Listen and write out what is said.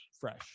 fresh